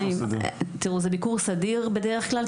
תראו, זה ביקור סדיר בדרך כלל.